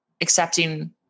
accepting